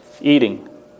eating